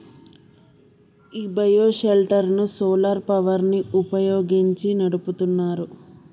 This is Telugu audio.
ఈ బయో షెల్టర్ ను సోలార్ పవర్ ని వుపయోగించి నడుపుతున్నారు